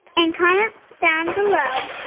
and comment down below.